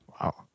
Wow